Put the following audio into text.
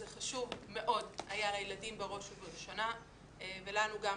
זה היה חשוב מאוד לילדים וגם לנו כהורים.